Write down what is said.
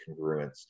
congruence